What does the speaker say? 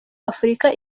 afurika